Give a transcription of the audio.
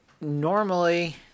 normally